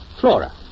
Flora